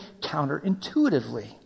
counterintuitively